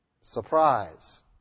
Surprise